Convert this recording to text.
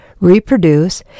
reproduce